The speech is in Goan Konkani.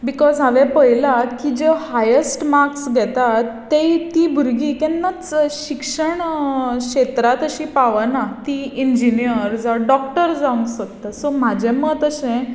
बिकॉज हांवें पळयलां की ज्यो हायेस्ट माक्स घेतात तीं भुरगीं केन्नाच शिक्षण क्षेत्रांत अशी पावना तीं इंजिनियर जावं डॉक्टर जावंक सोदता सो म्हजें मत अशें की